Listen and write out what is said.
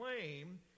claim